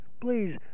please